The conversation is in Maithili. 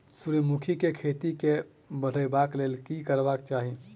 सूर्यमुखी केँ खेती केँ बढ़ेबाक लेल की करबाक चाहि?